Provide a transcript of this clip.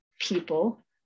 people